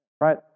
Right